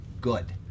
good